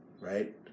right